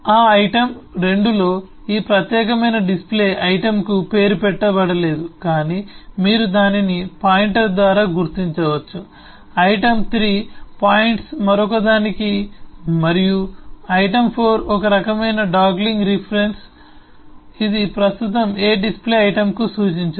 ఆ ఐటెమ్ 2 లో ఈ ప్రత్యేకమైన డిస్ప్లే ఐటెమ్కు పేరు పెట్టబడలేదు కాని మీరు దానిని పాయింటర్ ద్వారా గుర్తించవచ్చు ఐటెమ్ 3 పాయింట్స్ మరొకదానికి మరియు ఐటమ్ 4 ఒక రకమైన డాంగ్లింగ్ రిఫరెన్స్ ఇది ప్రస్తుతం ఏ డిస్ప్లే ఐటెమ్కు సూచించదు